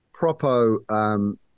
Propo